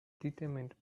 determined